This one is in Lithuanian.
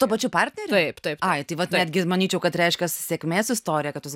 tuo pačiu partneriu taip taip ai tai va tu netgi manyčiau kad reiškias sėkmės istorija kad jūs